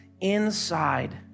inside